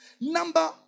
Number